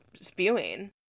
spewing